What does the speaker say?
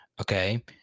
Okay